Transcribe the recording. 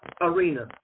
arena